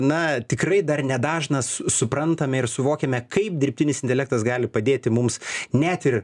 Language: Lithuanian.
na tikrai dar ne dažnas su suprantame ir suvokiame kaip dirbtinis intelektas gali padėti mums net ir